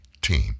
team